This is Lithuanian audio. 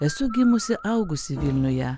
esu gimusi augusi vilniuje